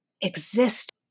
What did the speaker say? exist